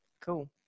Cool